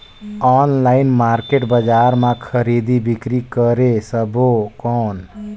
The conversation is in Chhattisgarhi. ऑनलाइन मार्केट बजार मां खरीदी बीकरी करे सकबो कौन?